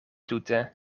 tute